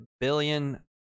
billion